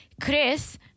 Chris